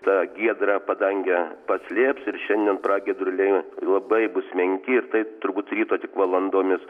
tą giedrą padangę paslėps ir šiandien pragiedruliai labai bus menki ir tai turbūt ryto tik valandomis